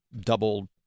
double